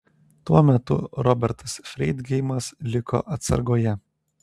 tuo metu robertas freidgeimas liko atsargoje